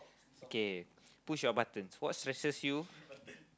okay push your buttons what stresses you